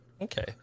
Okay